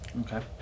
Okay